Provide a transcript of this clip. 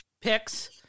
picks